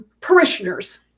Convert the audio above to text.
parishioners